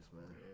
man